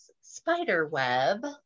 Spiderweb